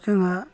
जोंहा